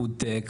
פודטק,